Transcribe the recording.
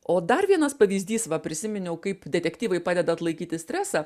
o dar vienas pavyzdys va prisiminiau kaip detektyvai padeda atlaikyti stresą